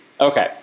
Okay